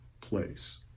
place